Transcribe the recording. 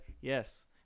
yes